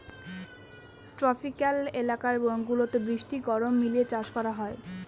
tropical এলাকা গুলাতে বৃষ্টি গরম মিলিয়ে চাষ করা হয়